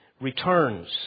returns